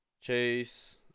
Chase